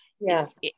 Yes